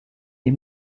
des